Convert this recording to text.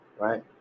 right